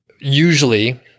usually